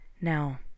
Now